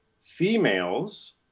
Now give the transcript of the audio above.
females